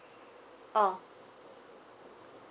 oh